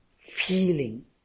Feeling